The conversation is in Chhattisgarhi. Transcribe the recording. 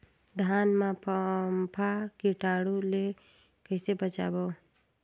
धान मां फम्फा कीटाणु ले कइसे बचाबो?